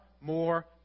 more